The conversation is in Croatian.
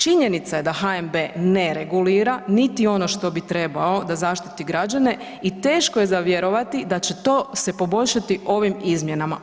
Činjenica da HNB ne regulira niti ono što bi trebao da zaštiti građane i teško je za vjerovati da će to se poboljšati ovim izmjenama.